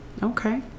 Okay